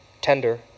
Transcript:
tender